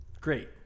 Great